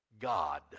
God